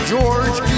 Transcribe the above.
George